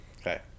Okay